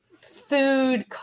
food